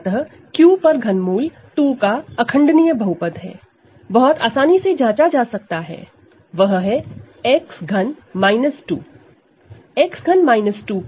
अतः ∛ 2 over Q का irreducible polynomial बहुत आसानी से जांचा जा सकता है वह है X घन माइनस 2